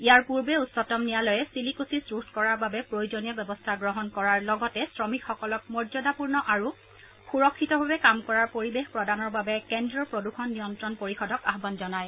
ইয়াৰ পূৰ্বে উচ্চতম ন্যায়ালয়ে চিলিকোছিচ ৰোধ কৰাৰ বাবে প্ৰয়োজনীয় ব্যৱস্থা গ্ৰহণ কৰাৰ লগতে শ্ৰমিকসকলক মৰ্য্যদাপূৰ্ণ আৰু সুৰক্ষিতভাৱে কাম কৰাৰ পৰিৱেশ প্ৰদানৰ বাবে কেন্দ্ৰীয় প্ৰদূষণ নিয়ন্ত্ৰণ পৰিষদক আহ্বান জনায়